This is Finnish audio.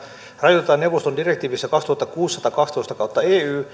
rajoitetaan neuvoston direktiivissä kaksituhattakuusi satakaksitoista ey